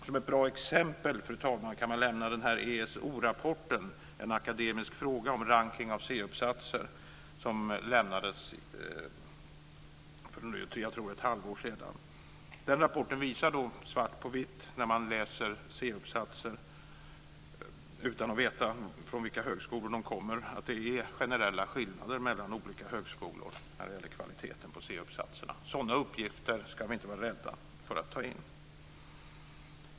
Som exempel kan nämnas ESO-rapporten, En akademisk fråga om rankning av C-uppsatser, som avlämnades för ett halvår sedan. Den rapporten visar svart på vitt - efter genomläsning av C-uppsatser utan att man vet från vilka högskolor de kommer - att det finns generella skillnader mellan olika högskolor när det gäller C-uppsatsernas kvalitet. Sådana uppgifter ska vi inte vara rädda att ta till oss.